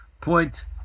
point